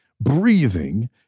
breathing